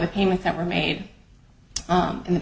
the payments that were made in the